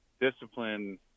discipline